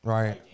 Right